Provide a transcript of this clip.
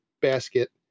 basket